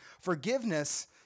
Forgiveness